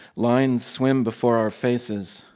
lines swim before our faces.